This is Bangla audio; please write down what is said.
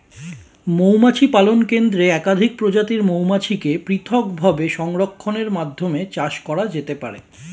মৌমাছি পালন কেন্দ্রে একাধিক প্রজাতির মৌমাছিকে পৃথকভাবে সংরক্ষণের মাধ্যমে চাষ করা যেতে পারে